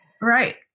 Right